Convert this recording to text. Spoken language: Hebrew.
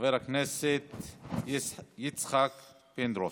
חבר הכנסת יצחק פינדרוס.